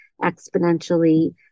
exponentially